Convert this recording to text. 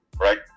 right